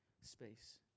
space